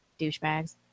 douchebags